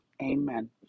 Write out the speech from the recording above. Amen